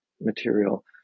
material